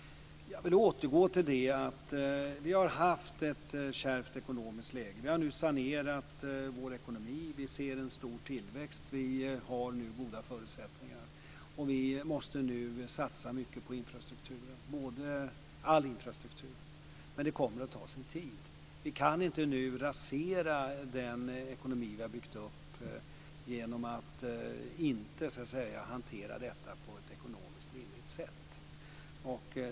Jag vill återgå till det faktum att vi har haft ett kärvt ekonomiskt läge. Vi har nu sanerat vår ekonomi. Vi ser en stor tillväxt och har goda förutsättningar. Vi måste satsa mycket på all infrastruktur - men det kommer att ta sin tid. Vi kan inte nu rasera den ekonomi som vi har byggt upp genom att inte hantera detta på ett ekonomiskt rimligt sätt.